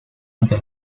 ante